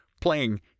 playing